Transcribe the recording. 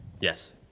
Yes